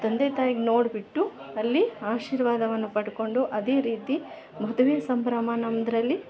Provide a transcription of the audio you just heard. ತಂದೆ ತಾಯಿಗ ನೋಡ್ಬಿಟ್ಟು ಅಲ್ಲಿ ಆಶೀರ್ವಾದವನ್ನ ಪಡ್ಕೊಂಡು ಅದೇ ರೀತಿ ಮದುವೆ ಸಂಭ್ರಮ ನಮ್ದರಲ್ಲಿ